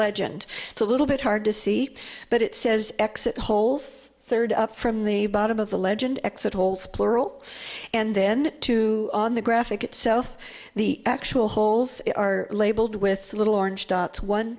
legend it's a little bit hard to see but it says exit hole third up from the bottom of the legend exit polls plural and then two on the graphic itself the actual holes are labeled with the little orange dots one